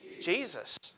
Jesus